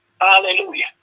Hallelujah